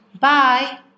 Bye